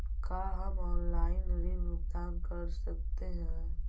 का हम आनलाइन ऋण भुगतान कर सकते हैं?